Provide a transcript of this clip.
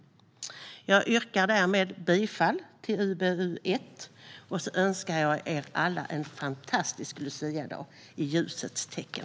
Jag yrkar därmed bifall till förslaget i UbU1. Jag önskar er alla en fantastisk luciadag i ljusets tecken!